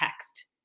text